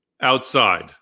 outside